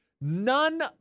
None